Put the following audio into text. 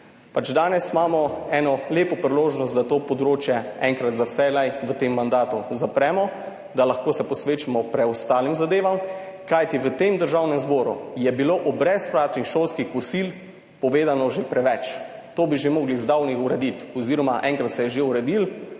Danes imamo eno lepo priložnost, da to področje enkrat za vselej v tem mandatu zapremo, da se lahko posvetimo preostalim zadevam, kajti v tem Državnem zboru je bilo o brezplačnih šolskih kosil povedano že preveč. To bi morali že zdavnaj urediti oziroma enkrat se je že uredilo,